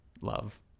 love